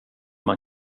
man